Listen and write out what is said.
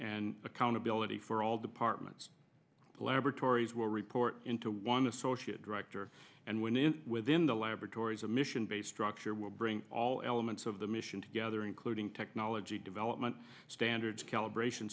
and accountability for all departments the laboratories will report into one associate director and with within the laboratories a mission bay structure will bring all elements of the mission together in clothing technology development standards calibration